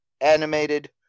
animated